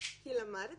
כי למדתי,